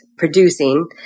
producing